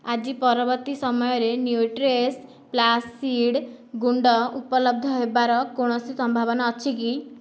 ଆଜି ପରବର୍ତ୍ତୀ ସମୟରେ ନ୍ୟୁଟ୍ରିୱିଶ୍ ଫ୍ଲାକ୍ସ୍ ସୀଡ଼୍ ଗୁଣ୍ଡ ଉପଲବ୍ଧ ହେବାର କୌଣସି ସମ୍ଭାବନା ଅଛି କି